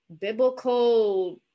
biblical